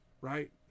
right